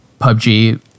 PUBG